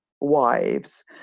wives